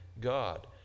God